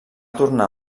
tornar